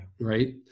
right